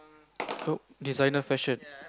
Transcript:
who designer fashion